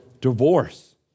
divorce